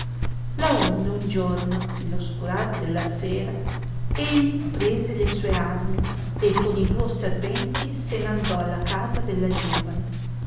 rapire laonde un giorno nell oscurar della sera egli prese le sue armi e con i duo serventi se n andò alla casa della giovane